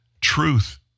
truth